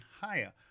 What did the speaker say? higher